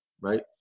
right